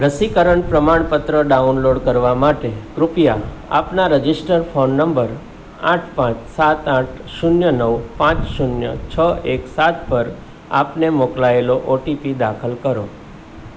રસીકરણ પ્રમાણપત્ર ડાઉનલોડ કરવા માટે કૃપયા આપના રજિસ્ટર્ડ ફોન નંબર આઠ પાંચ સાત આઠ શૂન્ય નવ પાંચ શૂન્ય છ એક સાત પર આપને મોકલાયેલો ઓટીપી દાખલ કરો